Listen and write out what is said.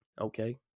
Okay